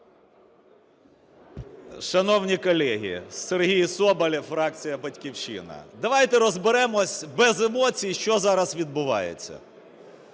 Шановні колеги! Сергій Соболєв, фракція "Батьківщина". Давайте розберемося без емоцій, що зараз відбувається.